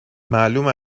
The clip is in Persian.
معلومه